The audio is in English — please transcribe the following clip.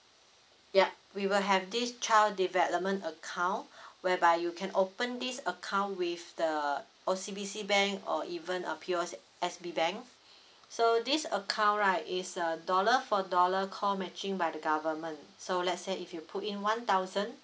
yup we will have this child development account whereby you can open this account with the O_C_B_C bank or even a P_O_S_B bank so this account right is a dollar for dollar co matching by the government so let's say if you put in one thousand